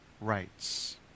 rights